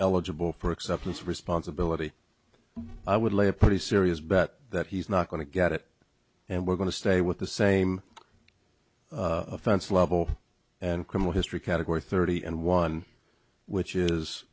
eligible for acceptance of responsibility i would lay a pretty serious bet that he's not going to get it and we're going to stay with the same offense level and criminal history category thirty and one which is